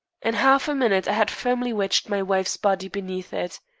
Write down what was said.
in half a minute i had firmly wedged my wife's body beneath it.